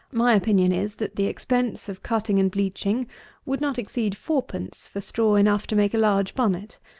my opinion is, that the expense of cutting and bleaching would not exceed fourpence for straw enough to make a large bonnet.